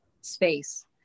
space